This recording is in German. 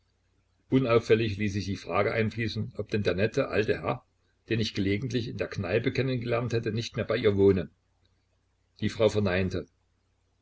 unauffällig ließ ich die frage einfließen ob denn der nette alte herr den ich gelegentlich in der kneipe kennen gelernt hätte nicht mehr bei ihr wohne die frau verneinte